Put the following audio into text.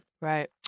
Right